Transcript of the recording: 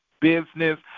business